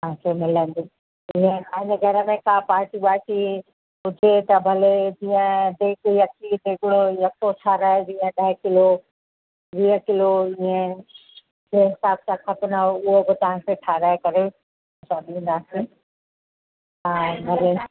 तव्हांखे मिलंदी जीअं तव्हांजे घर में का पार्टी वार्टी हुजे त भले जीअं जेके अची सघो यको ठहाराए जीअं ॾह किलो वीह किलो ईअं जंहिं हिसाब सां खपनव उहो बि तव्हांखे ठहाराए करे असां ॾींदासीं हा भले